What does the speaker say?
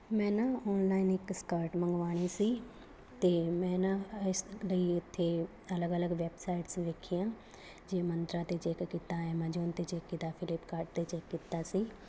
ਮੈਂ ਨਾ ਆਨਲਾਈਨ ਇੱਕ ਸਕਰਟ ਮੰਗਵਾਉਣੀ ਸੀ ਅਤੇ ਮੈਂ ਨਾ ਇਸ ਲਈ ਇੱਥੇ ਅਲੱਗ ਅਲੱਗ ਵੈਬਸਾਈਟਸ ਦੇਖੀਆਂ ਜੇ ਮੰਤਰਾ 'ਤੇ ਚੈੱਕ ਕੀਤਾ ਐਮਾਜੋਨ 'ਤੇ ਚੈੱਕ ਕੀਤਾ ਫਲਿੱਪਕਾਟ 'ਤੇ ਚੈੱਕ ਕੀਤਾ ਸੀ